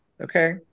Okay